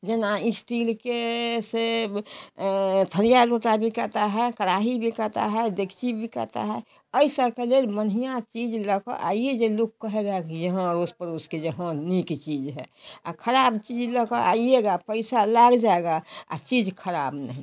जना इस्टील के से थरिया लोटा बिकाता है कड़ाही बिकाता है डेगची भी बिकाता है बढ़िया चीज लेके आइए जो लोक कहेगा कि यहाँ अड़ोस पड़ोस के यहाँ नीक चीज है खराब चीज लेके आइएगा पैसा लग जाएगा चीज खराब नहीं